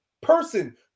person